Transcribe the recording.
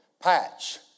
Patch